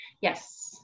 Yes